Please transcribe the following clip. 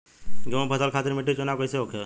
गेंहू फसल खातिर मिट्टी चुनाव कईसे होखे?